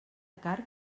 carn